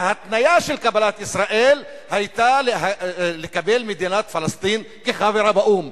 וההתניה של קבלת ישראל היתה לקבל את מדינת פלסטין כחברה באו"ם.